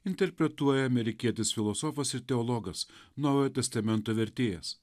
interpretuoja amerikietis filosofas ir teologas naujojo testamento vertėjas